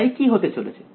তাই কি হতে চলেছে